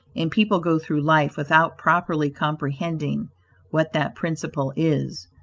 and people go through life without properly comprehending what that principle is.